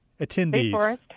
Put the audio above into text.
attendees